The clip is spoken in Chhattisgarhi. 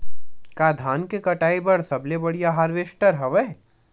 का धान के कटाई बर सबले बढ़िया हारवेस्टर हवय?